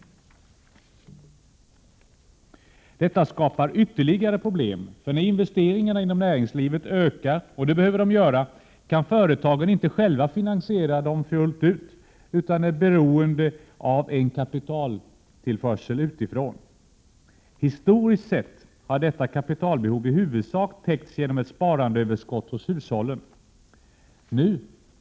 Detta skapar ytterligare problem. När investeringarna inom näringslivet ökar, och det behöver de göra, kan företagen nämligen inte själva finansiera dessa fullt ut, utan är beroende av kapitaltillförsel utifrån. Historiskt sett har detta kapitalbehov i huvudsak täckts genom ett sparandeöverskott hos hushållen.